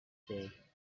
day